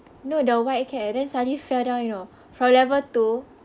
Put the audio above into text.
no the white cat and then suddenly fell down you know from level two